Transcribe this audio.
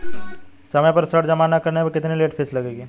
समय पर ऋण जमा न करने पर कितनी लेट फीस लगेगी?